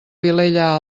vilella